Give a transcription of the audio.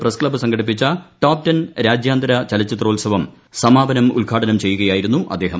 press club സംഘടിപ്പിച്ച top ten രാജ്യാന്തര ചലചിത്രോത്സവം സമാപനം ഉത്ഘാടനം ചെയ്യുകയായിരുന്ന അദ്ദേഹം